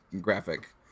graphic